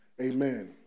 Amen